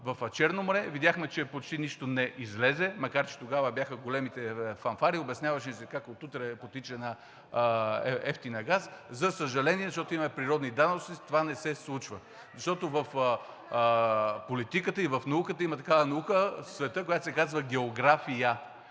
в Черно море, видяхме, че почти нищо не излезе, макар че тогава бяха големите фанфари, обясняваше ни се как от утре потича евтин газ. За съжаление, защото имаме природни дадености, това не се случва. Защото в политиката и в науката – има такава наука в света, която се казва география.